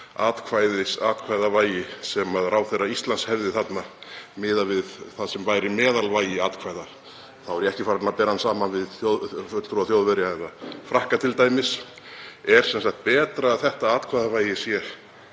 atkvæðavægi sem ráðherra Íslands hefur þarna miðað við það sem væri meðalvægi atkvæða. Þá er ég ekki farinn að bera hann saman við t.d. fulltrúa Þjóðverja eða Frakka. Er sem sagt betra að þetta atkvæðavægi sé